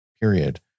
period